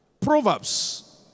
Proverbs